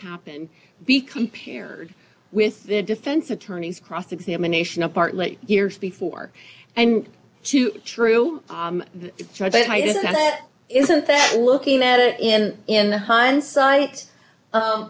happen be compared with the defense attorney's cross examination apart like years before and to true isn't that looking that in in the hindsight